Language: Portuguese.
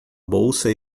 bolsa